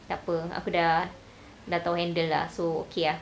tapi takpe aku dah tahu handle lah so okay ah